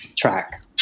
track